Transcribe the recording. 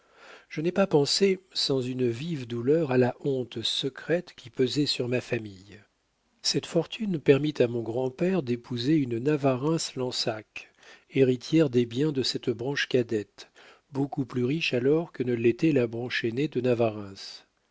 je n'ai pas pensé sans une vive douleur à la honte secrète qui pesait sur ma famille cette fortune permit à mon grand-père d'épouser une navarreins lansac héritière des biens de cette branche cadette beaucoup plus riche alors que ne l'était la branche aînée de navarreins